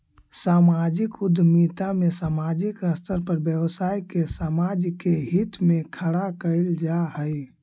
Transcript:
सामाजिक उद्यमिता में सामाजिक स्तर पर व्यवसाय के समाज के हित में खड़ा कईल जा हई